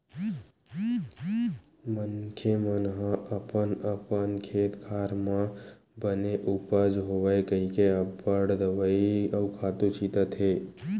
मनखे मन ह अपन अपन खेत खार म बने उपज होवय कहिके अब्बड़ दवई अउ खातू छितत हे